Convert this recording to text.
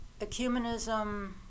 ecumenism